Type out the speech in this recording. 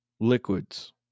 liquids